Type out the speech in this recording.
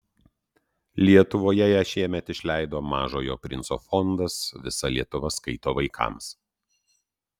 lietuvoje ją šiemet išleido mažojo princo fondas visa lietuva skaito vaikams